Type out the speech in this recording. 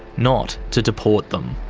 not to deport them.